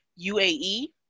UAE